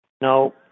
No